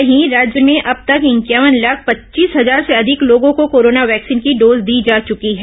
वहीं राज्य में अब तक इंक्यावन लाख पच्चीस हजार से अधिक लोगों को कोरोना वैक्सीन की डोज दी जा चुकी है